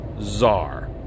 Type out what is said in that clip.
Czar